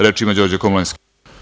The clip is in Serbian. Reč ima Đorđe Komlenski.